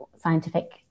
scientific